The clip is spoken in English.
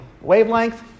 wavelength